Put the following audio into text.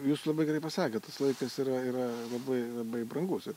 jūs labai gerai pasakėt tas laikas yra yra labai labai brangus ir